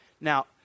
Now